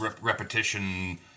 repetition